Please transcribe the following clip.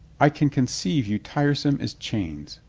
i can conceive you tiresome as chains.